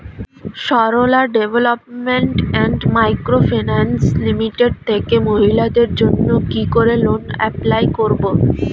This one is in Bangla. Sarala development and micro finance limited থেকে মহিলাদের জন্য কি করে লোন এপ্লাই করব?